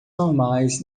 normais